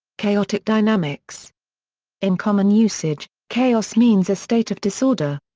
chaotic dynamics in common usage, chaos means a state of disorder.